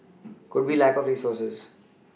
could be a lack of resources